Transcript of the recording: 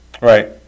right